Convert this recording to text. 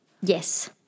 Yes